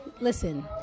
listen